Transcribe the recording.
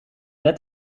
net